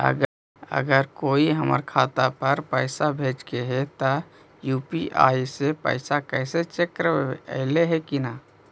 अगर कोइ हमर खाता पर पैसा भेजलके हे त यु.पी.आई से पैसबा कैसे चेक करबइ ऐले हे कि न?